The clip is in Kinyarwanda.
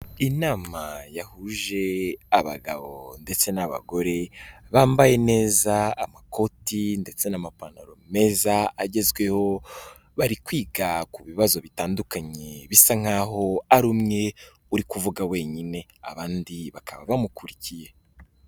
Inama yahuje abagabo ndetse n'abagore, bambaye neza amakoti ndetse n'amapantaro meza agezweho, bari kwiga ku bibazo bitandukanye bisa nk'aho ari umwe uri kuvuga wenyine. Abandi bakaba bamukurikiye.